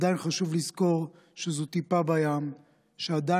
עדיין חשוב לזכור שזו טיפה בים ושעדיין